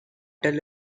battle